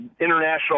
international